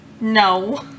No